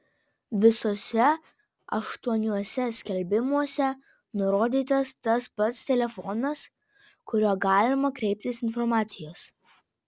visuose aštuoniuose skelbimuose nurodytas tas pats telefonas kuriuo galima kreiptis informacijos